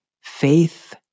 faith